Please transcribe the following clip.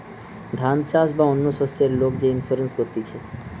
ধান চাষ বা অন্য শস্যের লোক যে ইন্সুরেন্স করতিছে